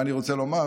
מה אני רוצה לומר,